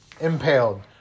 impaled